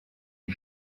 die